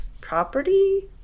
property